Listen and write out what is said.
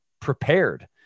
prepared